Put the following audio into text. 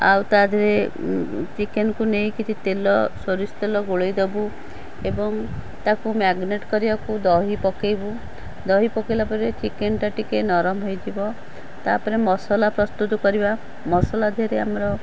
ଆଉ ତା ଦିହରେ ଚିକେନ୍କୁ ନେଇକି କିଛି ତେଲ ସୋରିଷ ତେଲ ଗୋଳେଇ ଦେବୁ ଏବଂ ତାକୁ ମ୍ୟାରିନେଟ୍ କରିବାକୁ ଦହି ପକେଇବୁ ଦହି ପକେଇଲା ପରେ ଚିକେନ୍ ଟା ଟିକେ ନରମ ହେଇଯିବ ତା'ପରେ ମସଲା ପ୍ରସ୍ତୁତ କରିବା ମସଲା ଦେହେରେ ଆମର